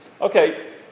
Okay